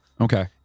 Okay